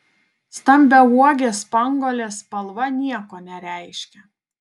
stambiauogės spanguolės spalva nieko nereiškia